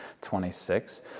26